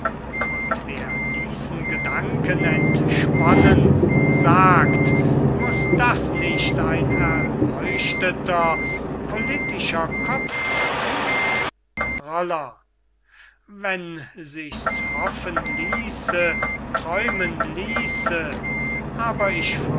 und wer diesen gedanken entsponnen sagt muß das nicht ein erleuchteter politischer kopf seyn roller wenn sich's hoffen ließe träumen ließe aber ich